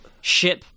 ship